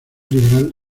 liberal